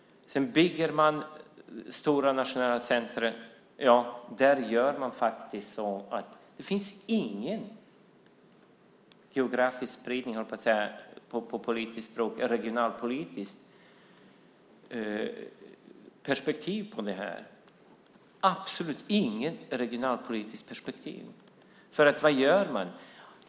Man bygger stora nationella centrum, men det finns faktiskt ingen geografisk spridning eller, på politiskt språk, något regionalpolitiskt perspektiv på detta. Det finns absolut inget sådant perspektiv. Vad gör man?